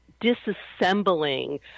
disassembling